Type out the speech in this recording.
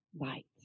light